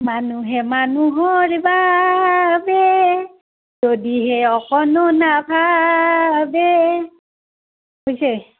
মানুহে মানুহৰ বাবে যদিহে অকণো নাভাবে হৈছে